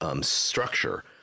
structure